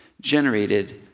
generated